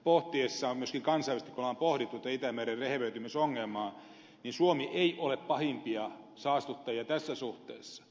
myös kun kansainvälisesti on pohdittu tätä itämeren rehevöitymisongelmaa suomi ei ole pahimpia saastuttajia tässä suhteessa